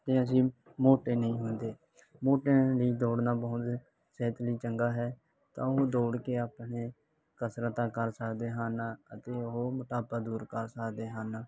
ਅਤੇ ਅਸੀਂ ਮੋਟੇ ਨਹੀਂ ਹੁੰਦੇ ਮੋਟਿਆਂ ਲਈ ਦੌੜਨਾ ਬਹੁਤ ਸਿਹਤ ਲਈ ਚੰਗਾ ਹੈ ਤਾਂ ਉਹ ਦੌੜ ਕੇ ਆਪਣੇ ਕਸਰਤਾਂ ਕਰ ਸਕਦੇ ਹਨ ਅਤੇ ਉਹ ਮੋਟਾਪਾ ਦੂਰ ਕਰ ਸਕਦੇ ਹਨ